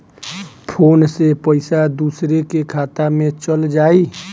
Phone से पईसा दूसरे के खाता में चल जाई?